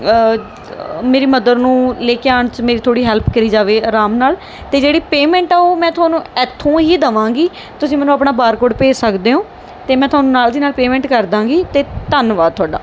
ਮੇਰੀ ਮਦਰ ਨੂੰ ਲੈ ਕੇ ਆਉਣ 'ਚ ਮੇਰੀ ਥੋੜ੍ਹੀ ਹੈਲਪ ਕਰੀ ਜਾਵੇ ਅਰਾਮ ਨਾਲ ਅਤੇ ਜਿਹੜੀ ਪੇਮੈਂਟ ਆ ਉਹ ਮੈਂ ਤੁਹਾਨੂੰ ਇੱਥੋਂ ਹੀ ਦੇਵਾਂਗੀ ਤੁਸੀਂ ਮੈਨੂੰ ਆਪਣਾ ਬਾਰਕੋਡ ਭੇਜ ਸਕਦੇ ਹੋ ਅਤੇ ਮੈਂ ਤੁਹਾਨੂੰ ਨਾਲ ਦੀ ਨਾਲ ਪੇਮੈਂਟ ਕਰ ਦੇਵਾਂਗੀ ਅਤੇ ਧੰਨਵਾਦ ਤੁਹਾਡਾ